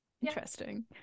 Interesting